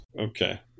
Okay